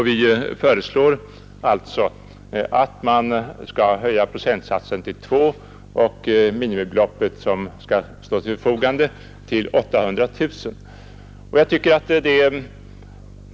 Vi föreslår alltså att man skall höja procentsatsen till 2 procent och det belopp som skall stå till förfogande till 800 000 kronor.